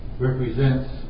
represents